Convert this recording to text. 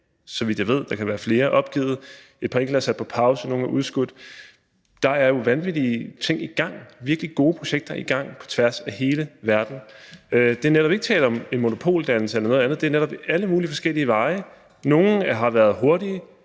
vidt jeg ved, der kan være flere – opgivet, et par enkelte er sat på pause, og nogle er udskudt. Der er jo vanvittig gode ting i gang, virkelig gode projekter i gang på tværs af hele verden. Der er netop ikke tale om en monopoldannelse eller noget andet; det er netop alle mulige forskellige veje. Nogle har været hurtige,